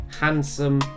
Handsome